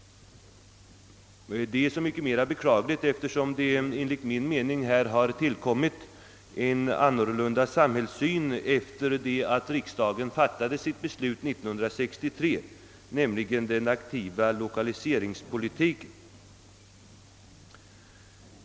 Detta är så mycket mera beklagligt som enligt min mening en ny samhällssyn växt fram sedan riksdagen 1963 fattade sitt beslut: den aktiva lokaliseringspolitiken har kommit in i bilden.